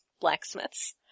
blacksmiths